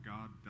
God